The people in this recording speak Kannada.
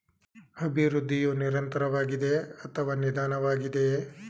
ಅಭಿವೃದ್ಧಿಯು ನಿರಂತರವಾಗಿದೆಯೇ ಅಥವಾ ನಿಧಾನವಾಗಿದೆಯೇ?